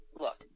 Look